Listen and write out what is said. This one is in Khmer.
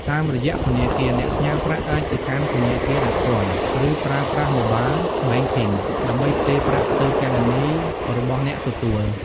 តាមរយៈធនាគារ អ្នកផ្ញើប្រាក់អាចទៅកាន់ធនាគារដោយផ្ទាល់ ឬប្រើប្រាស់ Mobile Banking ដើម្បីផ្ទេរប្រាក់ទៅគណនីរបស់អ្នកទទួល។